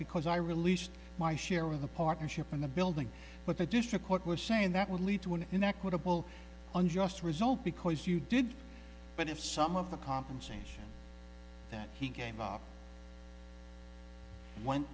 because i released my share with a partnership in the building but the district court was saying that would lead to an inequitable unjust result because you did but if some of the compensation that he gave